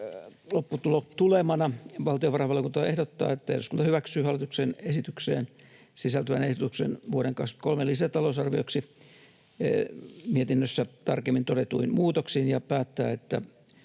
Lopputulemana valtiovarainvaliokunta ehdottaa, että eduskunta hyväksyy hallituksen esitykseen sisältyvän ehdotuksen vuoden 23 lisätalousarvioksi mietinnössä tarkemmin todetuin muutoksin ja päättää, että